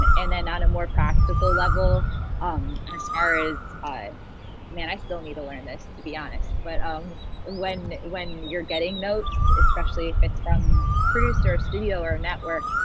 and then on a more practical level um as far as i man, i still need to learn this to be honest, but um when when you're getting notes, especially if it's from a producer, a studio or a network,